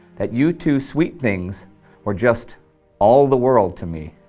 that you two sweet things were just all the world to me.